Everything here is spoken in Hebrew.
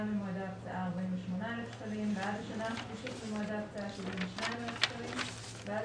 ממועד ההקצאה- 48,000 בעד השנה השלישית ממועד ההקצאה- 72,000 בעד